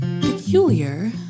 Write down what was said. peculiar